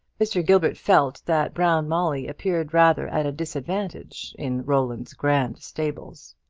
mr. gilbert felt that brown molly appeared rather at a disadvantage in roland's grand stables.